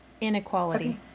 Inequality